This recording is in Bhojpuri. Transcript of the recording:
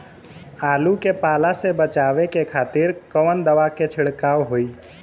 आलू के पाला से बचावे के खातिर कवन दवा के छिड़काव होई?